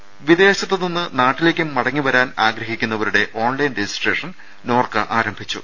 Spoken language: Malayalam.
രുമ വിദേശത്ത് നിന്ന് നാട്ടിലേക്ക് മടങ്ങി വരാൻ ആഗ്രഹിക്കുന്നവരുടെ ഓൺലൈൻ രജിസ്ട്രേഷൻ നോർക്ക ആരംഭിച്ചു